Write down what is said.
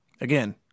Again